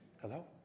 Hello